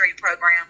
program